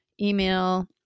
email